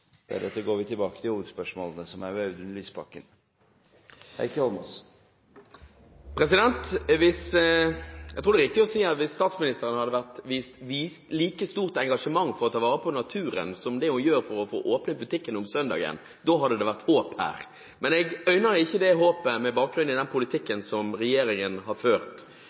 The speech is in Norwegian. til oppfølgingsspørsmål. Hvis statsministeren hadde vist like stort engasjement for å ta vare på naturen, som hun gjør for å få åpne butikker om søndagen, hadde det vært håp her. Men med bakgrunn i den politikken regjeringen har ført, øyner jeg ikke det håpet. Vi ser hvordan jordvernet prioriteres, vi ser at det er varslet – blant annet i